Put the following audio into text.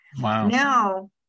Wow